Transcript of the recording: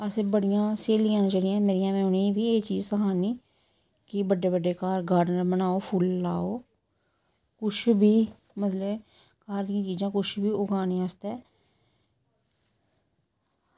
असें बड़ियां स्हेलियां न जेह्ड़ियां मेरियां में उ'नेंगी बी एह् चीज़ सखानी कि बड्डे बड्डे घर गार्डन बनाओ फुल्ल लाओ कुछ बी मतलब घर दियां चीज़ां कुछ बी उगाने आस्तै